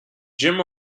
jim